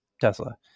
Tesla